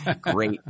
great